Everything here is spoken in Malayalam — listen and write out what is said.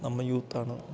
നമ്മൾ യൂത്താണ്